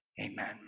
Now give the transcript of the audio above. Amen